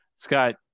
Scott